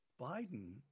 Biden